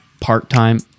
part-time